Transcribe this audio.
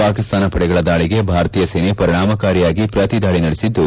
ಪಾಕಿಸ್ತಾನ ಪಡೆಗಳ ದಾಳಿಗೆ ಭಾರತೀಯ ಸೇನೆ ಪರಿಣಾಮಕಾರಿಯಾಗಿ ಪ್ರತಿದಾಳಿ ನಡೆಸಿದ್ದು